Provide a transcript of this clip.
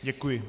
Děkuji.